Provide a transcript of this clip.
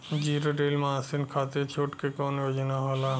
Zero drill machine खाती छूट के कवन योजना होला?